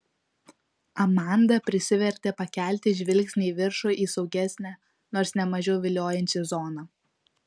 amanda prisivertė pakelti žvilgsnį į viršų į saugesnę nors ne mažiau viliojančią zoną